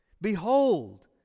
Behold